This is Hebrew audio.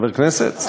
חבר כנסת?